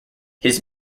his